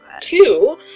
two